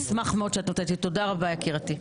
אוי אני אשמח מאוד שאת נותנת לי, תודה רבה יקירתי.